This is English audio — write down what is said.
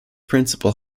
principal